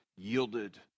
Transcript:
yielded